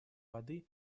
воды